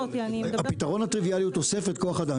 הפתרון הטריוויאלי הוא תוספת כוח אדם.